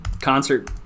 concert